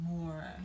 more